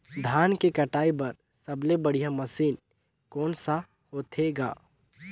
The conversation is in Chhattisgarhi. धान के कटाई बर सबले बढ़िया मशीन कोन सा होथे ग?